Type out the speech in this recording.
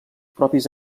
propis